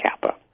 Kappa